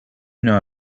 know